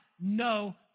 no